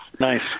nice